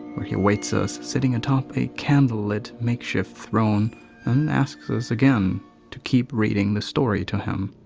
where he awaits us sitting atop a candlelit makeshift throne and asks us again to keep reading the story to him.